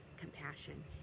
compassion